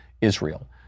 Israel